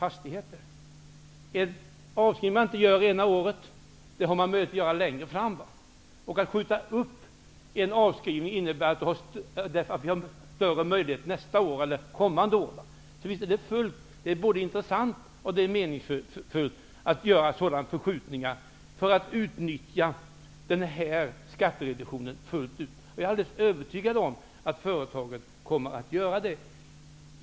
Avskrivningar man inte gör ena året kan man göra längre fram. Att skjuta upp en avskrivning innebär att man har större möjligheter kommande år. Det är både intressant och meningsfullt att göra sådana förskjutningar för att utnyttja denna skattereduktion fullt ut. Jag är alldeles övertygad om att företagen kommer att göra det.